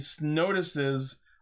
notices